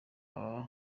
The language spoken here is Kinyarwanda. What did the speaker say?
abo